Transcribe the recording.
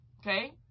okay